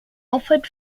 offered